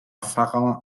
pfarrer